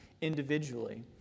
individually